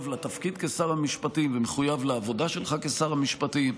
לתפקיד כשר המשפטי ומחויב לעבודה שלך כשר המשפטים.